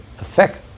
effect